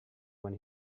when